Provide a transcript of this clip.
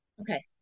Okay